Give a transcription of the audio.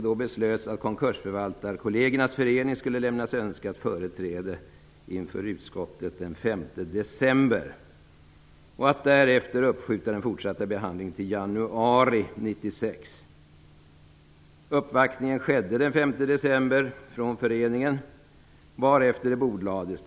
Då beslöts att Konkursförvaltarkollegernas Förening skulle lämnas önskat företräde inför utskottet den 5 december och att den fortsatta behandlingen därefter skulle uppskjutas till januari 1996.